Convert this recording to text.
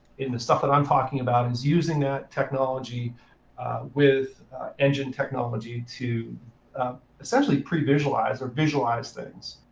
in the stuff that i'm talking about, is using that technology with engine technology to essentially pre-visualize or visualize things.